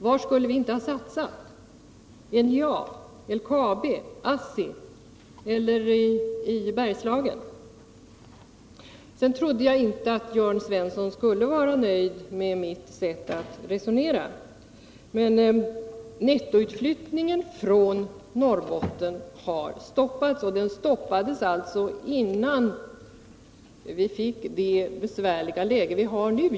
Var skulle vi inte ha satsat? — NJA, LKAB, ASSI eller i Bergslagen? Jag trodde inte att Jörn Svensson skulle vara nöjd med mitt sätt att resonera. Nettoutflyttningen från Norrbotten har stoppats, och den stoppades alltså innan vi fick det besvärliga läge vi har nu.